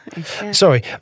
Sorry